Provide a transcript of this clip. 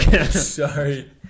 sorry